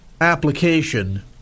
application